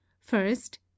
First